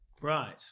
Right